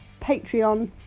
Patreon